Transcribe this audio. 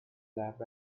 lab